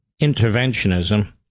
interventionism